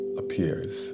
appears